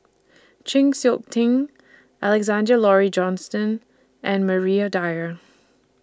Chng Seok Tin Alexander Laurie Johnston and Maria Dyer